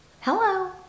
Hello